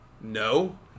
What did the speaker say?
no